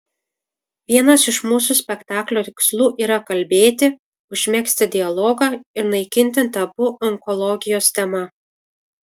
vienas iš mūsų spektaklio tikslų yra kalbėti užmegzti dialogą ir naikinti tabu onkologijos tema